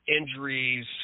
injuries